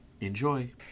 Enjoy